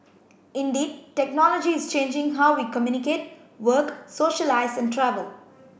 indeed technology is changing how we communicate work socialise and travel